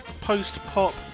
post-pop